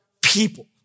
people